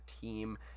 team